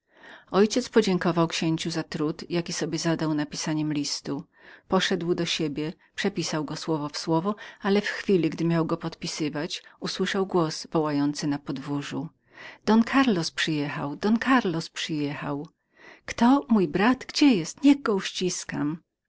ojciec podziękował księciu za trud jaki sobie zadał w napisaniu listu poszedł do siebie przepisał go słowo w słowo ale w chwili gdy miał go podpisywać usłyszał głos wołający na podwórzu don karlos przyjechał don karlos przyjechał kto mój brat gdzie jest niech go uściskam